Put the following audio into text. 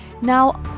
Now